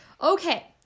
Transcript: okay